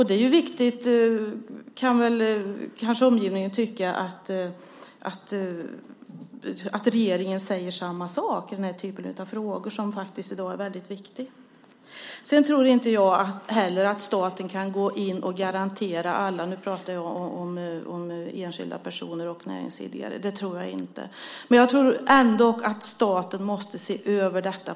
Det är viktigt, kan omgivningen kanske tycka, att de i regeringen säger samma sak i den här typen av frågor som i dag faktiskt är väldigt viktiga. Inte heller jag tror att staten kan gå in och garantera för alla - nu pratar jag om enskilda personer och näringsidkare. Ändå tror jag att staten på något sätt måste se över detta.